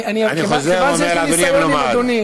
אני חוזר ואומר לאדוני המלומד,